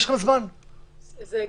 יש זמן עד אז.